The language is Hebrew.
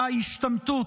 ההשתמטות.